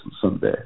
someday